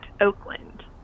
Oakland